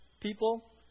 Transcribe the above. people